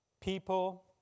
people